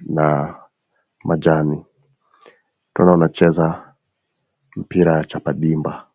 na majani, tunaona wanacheza mpira ya chapa dimba.